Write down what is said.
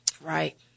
Right